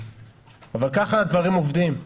אבל כך הדברים עובדים.